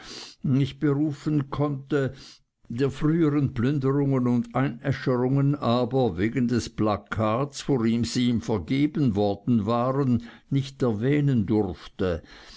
nicht berufen konnte der früheren plünderungen und einäscherungen aber wegen des plakats worin sie ihm vergeben worden waren nicht erwähnen durfte